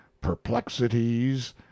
perplexities